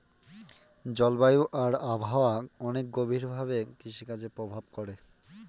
জলবায়ু আর আবহাওয়া অনেক গভীর ভাবে কৃষিকাজে প্রভাব করে